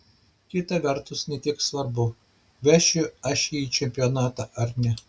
kita vertus ne tiek svarbu vešiu aš jį į čempionatą ar ne